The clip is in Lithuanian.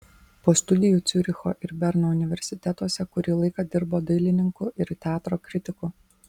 po studijų ciuricho ir berno universitetuose kurį laiką dirbo dailininku ir teatro kritiku